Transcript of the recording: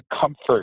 comfort